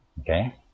Okay